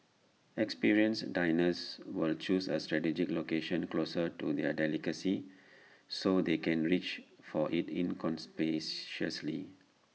experienced diners will choose A strategic location closer to the delicacy so they can reach for IT inconspicuously